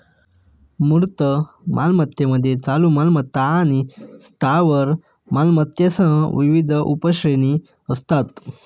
मूर्त मालमत्तेमध्ये चालू मालमत्ता आणि स्थावर मालमत्तेसह विविध उपश्रेणी असतात